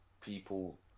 people